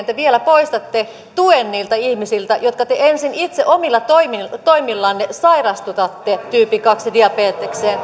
te vielä poistatte tuen niiltä ihmisiltä jotka te ensin itse omilla toimillanne sairastutatte tyypin kahteen diabetekseen